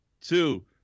two